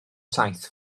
saith